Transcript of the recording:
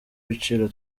ibiciro